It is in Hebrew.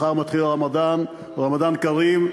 מחר מתחיל רמדאן: רמדאן כרים,